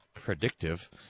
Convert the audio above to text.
predictive